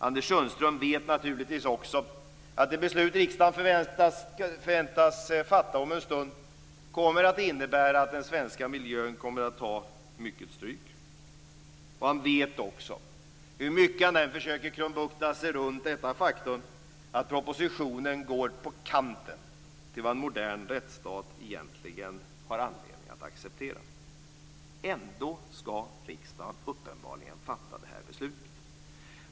Anders Sundström vet naturligtvis också att det beslut som riksdagen förväntas fatta om en stund kommer att innebära att den svenska miljön kommer att ta mycket stryk. Han vet också hur mycket han än försöker krumbukta sig runt detta faktum att propositionen går på kanten till vad en modern rättsstat egentligen har anledning att acceptera. Ändå skall riksdagen uppenbarligen fatta det här beslutet.